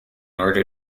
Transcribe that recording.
order